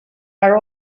are